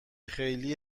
خیلی